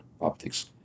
optics